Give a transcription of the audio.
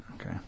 Okay